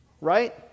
right